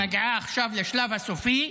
מגיעה עכשיו לשלב הסופי,